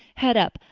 head up,